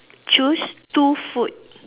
choose two food